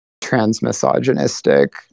trans-misogynistic